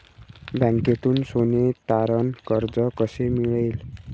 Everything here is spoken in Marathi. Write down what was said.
बँकेतून सोने तारण कर्ज कसे मिळेल?